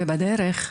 ובדרך,